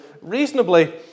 reasonably